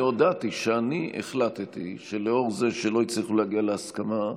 אני הודעתי שאני החלטתי שלנוכח זה שלא הצליחו להגיע להסכמה,